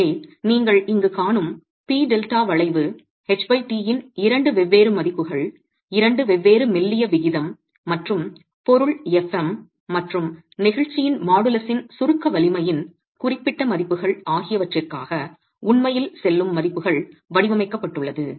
எனவே நீங்கள் இங்கு காணும் பி டெல்டா வளைவு ht இன் இரண்டு வெவ்வேறு மதிப்புகள் இரண்டு வெவ்வேறு மெல்லிய விகிதம் மற்றும் பொருள் fm மற்றும் நெகிழ்ச்சியின் மாடுலஸின் சுருக்க வலிமையின் குறிப்பிட்ட மதிப்புகள் ஆகியவற்றிற்காக உண்மையில் செல்லும் மதிப்புகள் வடிவமைக்கப்பட்டுள்ளது